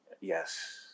Yes